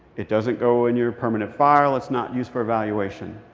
it doesn't go in your permanent file. it's not used for evaluation.